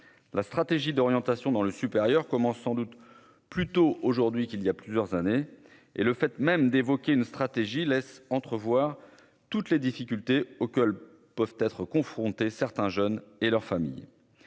la stratégie d'orientation dans le supérieur, commence sans doute plus tôt aujourd'hui qu'il y a plusieurs années et le fait même d'évoquer une stratégie laisse entrevoir toutes les difficultés auxquelles peuvent être confrontées certains jeunes et leurs familles,